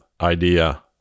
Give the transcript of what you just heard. idea